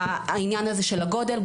העניין הזה של הגודל.